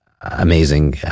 amazing